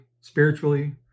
spiritually